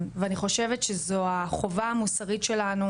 ואני חושבת שזו החובה המוסרית שלנו,